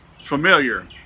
familiar